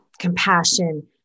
compassion